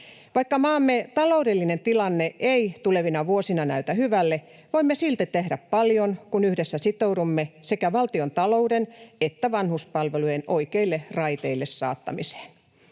Vaikka maamme taloudellinen tilanne ei tulevina vuosina näytä hyvälle, voimme silti tehdä paljon, kun yhdessä sitoudumme sekä valtiontalouden että vanhuspalvelujen saattamiseen